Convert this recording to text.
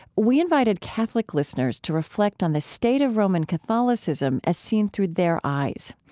we invited catholic listeners to reflect on the state of roman catholicism as seen through their eyes.